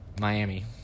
Miami